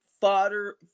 fodder